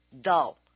dull